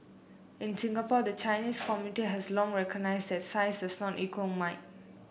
in Singapore the Chinese community has long recognised that size does not equal might